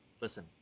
Listen